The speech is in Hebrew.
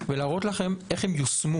להראות לכם איך הן יושמו